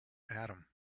adam